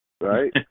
Right